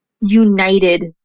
united